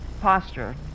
posture